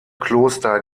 kloster